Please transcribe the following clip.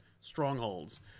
strongholds